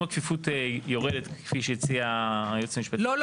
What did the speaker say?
אם הכפיפות יורדת כפי שהציעה היועצת המשפטית --- לא.